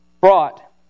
brought